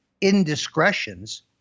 Indiscretions